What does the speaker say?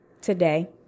today